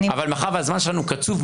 אבל מאחר שהזמן שלנו קצוב,